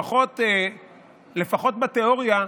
לפחות בתיאוריה,